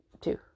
Two